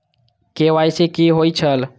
KYC कि होई छल?